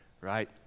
Right